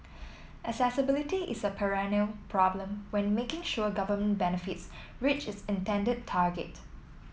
accessibility is a perennial problem when making sure government benefits reach its intended target